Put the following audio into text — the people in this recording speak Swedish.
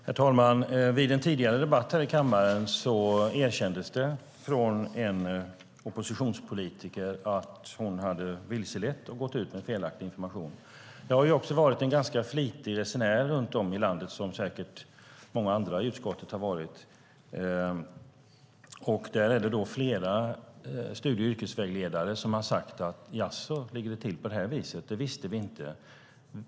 Herr talman! I en tidigare debatt här i kammaren erkände en oppositionspolitiker att hon hade vilselett och gått ut med felaktig information. Jag har varit en ganska flitig resenär runt om i landet, vilket säkert många andra i utskottet också har varit. Flera studie och yrkesvägledare har då sagt: Jaså, ligger det till på det här viset? Det visste vi inte.